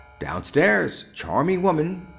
downstairs. charming woman.